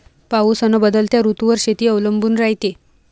पाऊस अन बदलत्या ऋतूवर शेती अवलंबून रायते